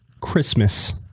Christmas